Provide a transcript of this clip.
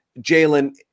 Jalen